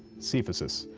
cephissus,